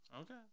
Okay